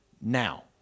now